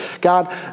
God